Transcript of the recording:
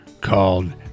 called